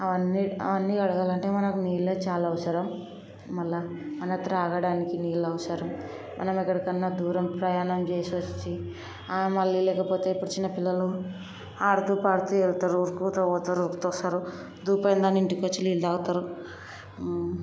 అవన్నీ అవన్నీ కడగాలంటే మనకి నీళ్ళే చాలా అవసరం మళ్ళీ మనం త్రాగడానికి నీళ్ళు అవసరం మనం ఎక్కడికైనా దూరం ప్రయాణం చేసి వచ్చి మళ్ళీ లేకపోతే ఇప్పుడు చిన్నపిల్లలు ఆడుతూ పాడుతూ వెళ్తారు ఉరుక్కుంటూ పోతారు ఉరుక్కుంటూ వస్తారు ధూపయితుంది ఇంటికి వచ్చి నీళ్ళు తాగుతారు